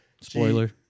Spoiler